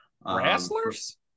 wrestlers